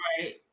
Right